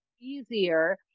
easier